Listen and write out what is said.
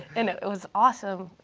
and it was awesome.